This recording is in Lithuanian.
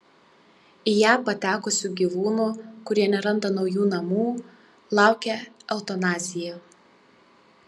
į ją patekusių gyvūnų kurie neranda naujų namų laukia eutanazija